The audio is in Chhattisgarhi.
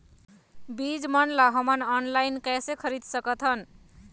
बीज मन ला हमन ऑनलाइन कइसे खरीद सकथन?